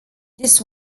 this